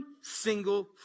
single